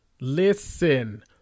Listen